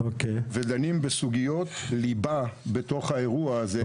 ואנחנו דנים בסוגיות ליבה בתוך האירוע הזה.